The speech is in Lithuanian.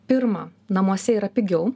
pirma namuose yra pigiau